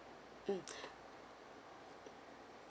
mm